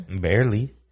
Barely